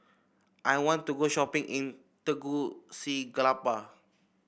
I want to go shopping in Tegucigalpa